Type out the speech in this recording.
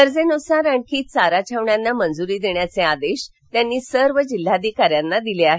गरजेनुसार आणखी चारा छावण्यांना मंजुरी देण्याचे आदेश त्यांनी सर्व जिल्हाधिकाऱ्यांना दिले आहेत